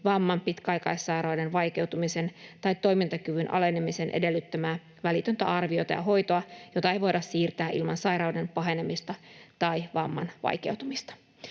vamman, pitkäaikaissairauden vaikeutumisen tai toimintakyvyn alenemisen edellyttämää välitöntä arviota ja hoitoa, jota ei voida siirtää ilman sairauden pahenemista tai vamman vaikeutumista.”